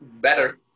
Better